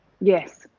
yes